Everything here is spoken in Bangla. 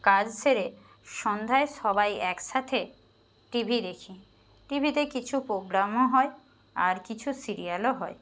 কাজ সেরে সন্ধ্যায় সবাই একসাথে টিভি দেখি টিভিতে কিছু প্রোগ্রামও হয় আর কিছু সিরিয়ালও হয়